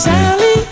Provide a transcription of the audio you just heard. Sally